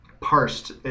parsed